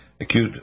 acute